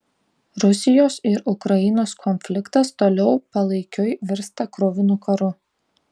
rusijos ir ukrainos konfliktas toliau palaikiui virsta kruvinu karu